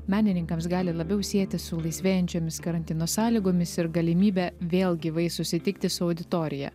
menininkams gali labiau sietis su laisvėjančiomis karantino sąlygomis ir galimybe vėl gyvai susitikti su auditorija